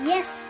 Yes